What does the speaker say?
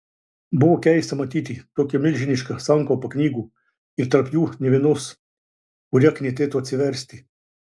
buvo keista matyti tokią milžinišką sankaupą knygų ir tarp jų nė vienos kurią knietėtų atsiversti